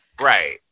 right